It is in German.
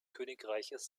königreiches